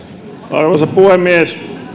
arvoisa puhemies